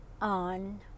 on